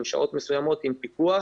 שעות מסוימות עם פיקוח